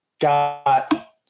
got